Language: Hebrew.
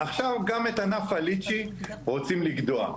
עכשיו גם את ענף הליצ'י רוצם לגדוע.